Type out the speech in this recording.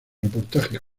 reportajes